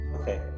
okay